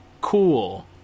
cool